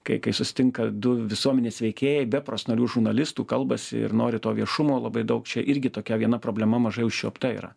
kai kai susitinka du visuomenės veikėjai be profesionalių žurnalistų kalbas ir nori to viešumo labai daug čia irgi tokia viena problema mažai užčiuopta yra